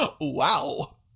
Wow